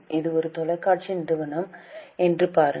இது ஒரு தொலைக்காட்சி நிறுவனம் என்று பாருங்கள்